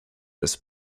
this